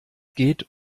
geht